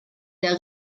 der